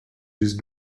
use